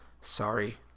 Sorry